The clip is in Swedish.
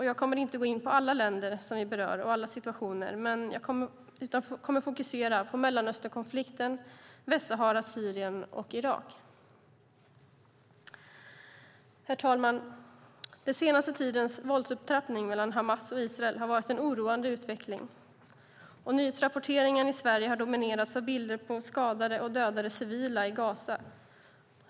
Jag kommer inte att gå in på alla länder och situationer som vi berör, utan jag kommer att fokusera på Mellanösternkonflikten, Västsahara, Syrien och Irak. Herr talman! Den senaste tidens våldsupptrappning mellan Hamas och Israel har varit en oroande utveckling. Nyhetsrapporteringen i Sverige har dominerats av bilder på skadade och dödade civila i Gaza.